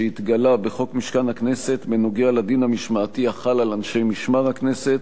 רחבתו ומשמר הכנסת (תיקון מס' 15) (שיפוט משמעתי),